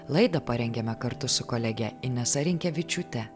laidą parengėme kartu su kolege inesa rinkevičiūte